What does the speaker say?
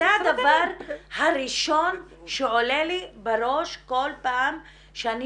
זה הדבר הראשון שעולה לי בראש כל פעם שאני